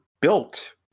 built